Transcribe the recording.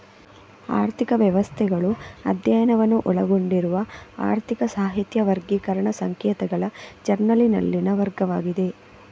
ಆರ್ಥಿಕ ವ್ಯವಸ್ಥೆಗಳು ಅಧ್ಯಯನವನ್ನು ಒಳಗೊಂಡಿರುವ ಆರ್ಥಿಕ ಸಾಹಿತ್ಯ ವರ್ಗೀಕರಣ ಸಂಕೇತಗಳ ಜರ್ನಲಿನಲ್ಲಿನ ವರ್ಗವಾಗಿದೆ